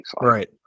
Right